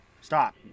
Stop